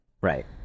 Right